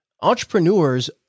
Entrepreneurs